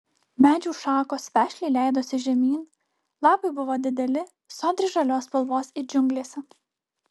medžių šakos vešliai leidosi žemyn lapai buvo dideli sodriai žalios spalvos it džiunglėse